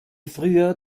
früher